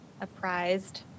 apprised